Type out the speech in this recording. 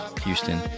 Houston